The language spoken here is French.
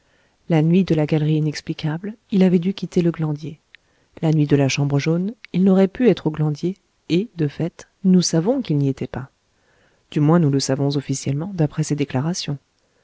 la nuit de la galerie inexplicable il avait dû quitter le glandier la nuit de la chambre jaune il n'aurait pu être au glandier et de fait nous savons qu'il n'y était pas du moins nous le savons officiellement d'après ses déclarations